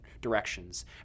directions